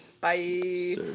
bye